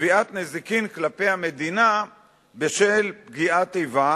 תביעת נזיקין כלפי המדינה בשל פגיעת איבה,